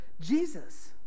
Jesus